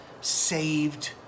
saved